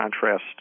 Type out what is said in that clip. contrast